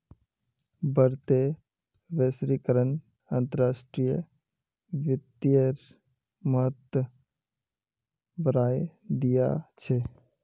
बढ़ते वैश्वीकरण अंतर्राष्ट्रीय वित्तेर महत्व बढ़ाय दिया छे